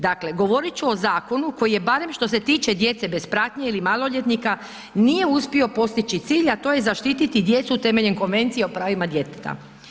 Dakle, govorit ću o zakonu koji je barem što se tiče djece bez pratnje ili maloljetnika nije uspio postići cilj, a to je zaštititi djecu temeljem Konvencije o pravima djeteta.